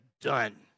done